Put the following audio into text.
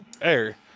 air